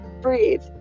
breathe